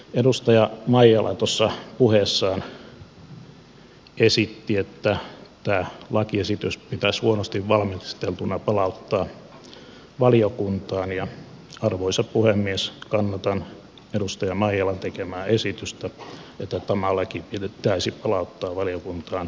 edustaja maijala tuossa puheessaan esitti että tämä lakiesitys pitäisi huonosti valmisteltuna palauttaa valiokuntaan ja arvoisa puhemies kannatan edustaja maijalan tekemää esitystä että tämä laki pitäisi palauttaa valiokuntaan uudelleen valmisteluun